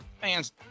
fans